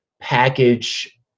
package